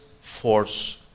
force